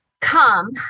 come